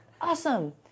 Awesome